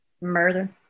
Murder